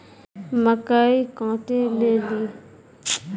मकई कांटे ले ली कोनो यंत्र एडवांस मे अल छ?